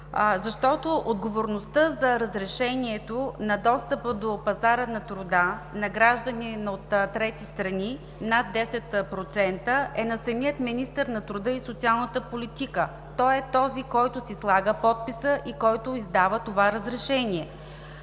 защото отговорността за разрешението на достъпа до пазара на труда на граждани от трети страни – над 10%, е на самия министър на труда и социалната политика. Той е този, който си слага подписа и, който издава това разрешение.